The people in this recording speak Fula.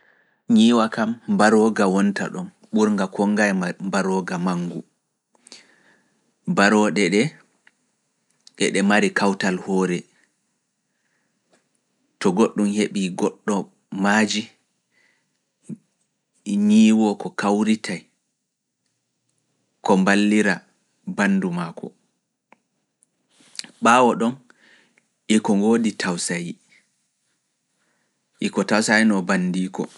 Nyiwa kam mbarooga wonta ɗon, ɓurnga konnga e mbarooga mangu, barooɗe ɗe e ɗe mari kawtal hoore, to goɗɗum heɓii goɗɗo maaji, nyiwoo ko kawritay, ko mballira banndu maa koo. Ɓaawo ɗon e ko ngoodi tawsayi, e ko tawsayno banndiiko.